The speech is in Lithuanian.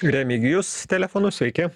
remigijus telefonu sveiki